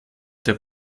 der